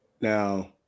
Now